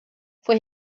foi